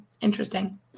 Interesting